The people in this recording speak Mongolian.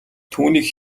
түүнийг